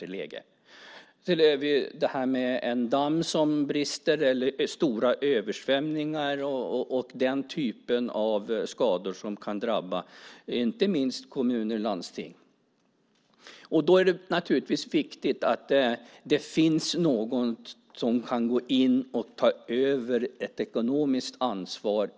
Det kan vara en damm som brister, att det blir stora översvämningar eller den typen av skador som kan drabba inte minst kommuner och landsting. I ett sådant läge är det naturligtvis viktigt att det finns ett sätt att gå in och ta över ett ekonomiskt ansvar.